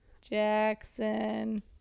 Jackson